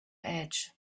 edge